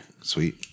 Sweet